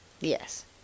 yes